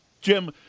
Jim